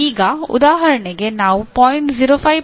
ಈಗ ಉದಾಹರಣೆಗೆ ನಾನು 0